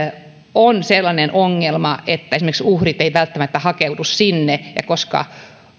on sellainen ongelma että uhrit esimerkiksi eivät välttämättä hakeudu sinne ja